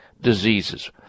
diseases